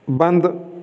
ਬੰਦ